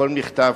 כל מכתב,